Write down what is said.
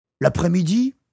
L'après-midi